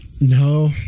No